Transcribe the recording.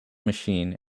machine